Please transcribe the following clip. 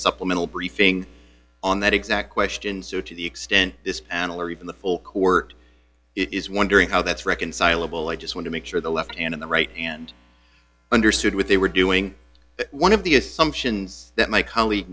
supplemental briefing on that exact questions are to the extent this an alert even the full court is wondering how that's reconcilable i just want to make sure the left hand in the right hand understood what they were doing one of the assumptions that my colleague